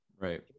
right